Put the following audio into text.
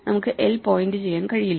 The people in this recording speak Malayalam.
നമുക്ക് l പോയിന്റ് ചെയ്യാൻ കഴിയില്ല